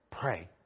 Pray